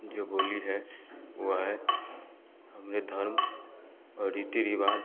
जो बोली है वह है हमारे धर्म और रीति रिवाज